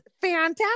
fantastic